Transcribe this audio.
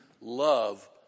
love